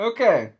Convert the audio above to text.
Okay